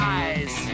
eyes